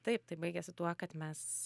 taip tai baigėsi tuo kad mes